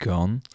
Gone